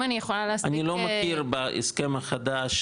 אם אני יכולה להסביר --- אני לא מכיר בהסכם החדש,